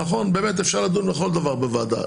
נכון אפשר לדון בכל דבר בוועדה.